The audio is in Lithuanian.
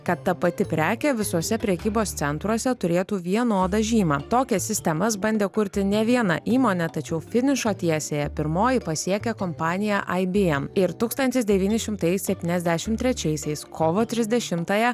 kad ta pati prekė visuose prekybos centruose turėtų vienodą žymą tokias sistemas bandė kurti ne viena įmonė tačiau finišo tiesiąją pirmoji pasiekė kompanija aibyem ir tūkstantis devyni šimtai septyniasdešim trečiaisiais kovo trisdešimtąją